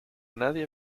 nadie